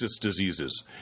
diseases